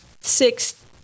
six